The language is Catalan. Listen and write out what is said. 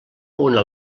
una